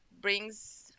brings